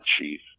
chief